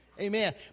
Amen